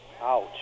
Ouch